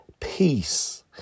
peace